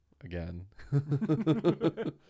again